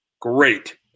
great